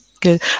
good